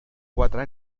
quatre